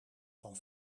van